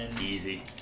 Easy